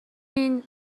همین